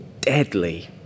deadly